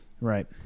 right